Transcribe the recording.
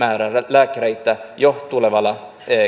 määrä lääkäreitä jo tulevalle